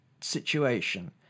situation